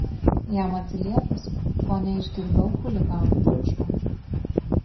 jam atsiliepus fone išgirdau chuliganų triukšmą